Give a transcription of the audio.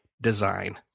design